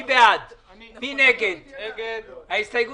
אני אקריא קודם את ההסתייגויות.